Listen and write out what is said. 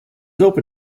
open